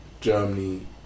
Germany